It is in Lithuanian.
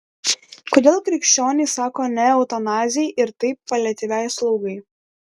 kodėl krikščionys sako ne eutanazijai ir taip paliatyviai slaugai